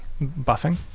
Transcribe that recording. Buffing